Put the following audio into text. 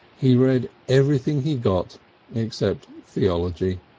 he read everything he got except theology,